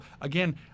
again